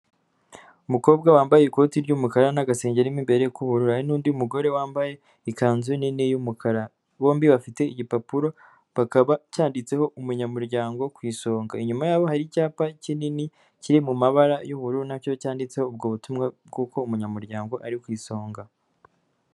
Umukobwa wambaye ikoti ry'umukara n'agasengeri mu imbere k'ubururu, hari n'undi mugore wambaye ikanzu nini y'umukara, bombi bafite igipapuro bakaba cyanditseho umunyamuryango ku isonga, inyuma yabo hari icyapa kinini kiri mu mabara y'ubururu na cyo cyanditseho ubwo butumwa bw'uko umunyamuryango ari ku isonga.